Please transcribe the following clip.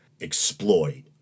exploit